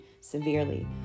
severely